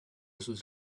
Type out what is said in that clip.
sus